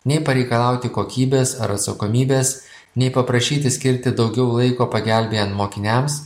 nei pareikalauti kokybės ar atsakomybės nei paprašyti skirti daugiau laiko pagelbėjan mokiniams